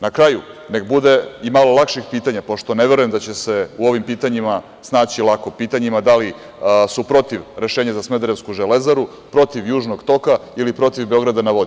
Na kraju, nek bude i malo lakših pitanja, pošto ne verujem da će se u ovim pitanjima snaći lako, pitanjima – da li su protiv rešenja za smederevsku „Železaru“, protiv Južnog toka ili protiv „Beograda na vodi“